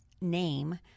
name